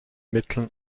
mitteln